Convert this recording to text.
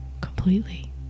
completely